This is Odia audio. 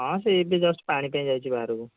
ହଁ ସେ ଏବେ ଜଷ୍ଟ ପାଣି ପାଇଁ ଯାଇଛି ବାହାରକୁ